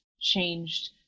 changed